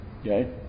Okay